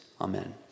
Amen